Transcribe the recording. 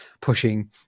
pushing